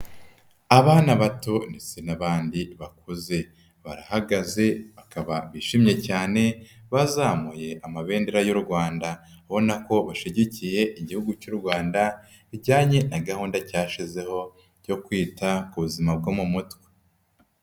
Abana bato ndetse n'abandi bakuze, barahagaze bakaba bishimye cyane bazamuyeamabendera y'u Rwanda, ubona ko bashigikiye Igihugu cy'u Rwanda bijyanye na gahunda cyashyizeho cyo kwita ku buzima bwo mu mutwe.